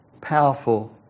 powerful